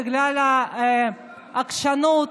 בגלל עקשנות